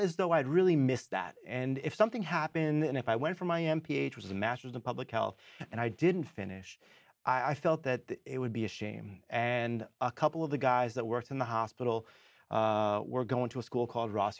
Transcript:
as though i had really missed that and if something happened and if i went from i am ph was a master's in public health and i didn't finish i felt that it would be a shame and a couple of the guys that worked in the hospital were going to a school called ross